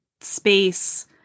space